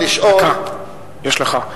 דקה יש לך.